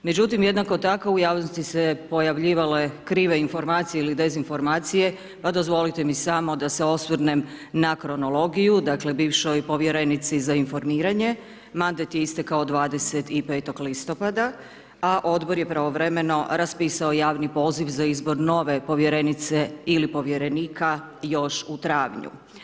Međutim, jednako tako u javnosti se pojavljivale krive informacije ili dezinformacije, pa dozvolite mi samo da se osvrnem na kronologiju, dakle, bivšoj povjerenici za informiranje, mandat je istekao 25. listopada, a Odbor je pravovremeno raspisao javni poziv za izbor nove povjerenice ili povjerenika još u travnju.